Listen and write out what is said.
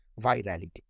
virality